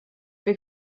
wir